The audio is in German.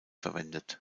verwendet